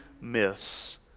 myths